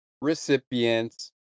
recipients